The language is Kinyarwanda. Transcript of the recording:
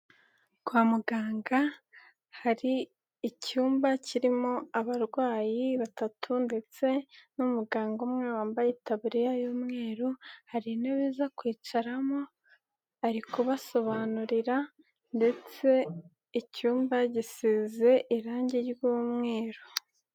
Kwa muganga, hari icyumba kirimo abarwayi batatu ndetse n'umuganga umwe wambaye itaburiya y'umweru, hari intebe iza kwicaramo, ari kubasobanurira ndetse icyumba gisize irangi ry'umweru.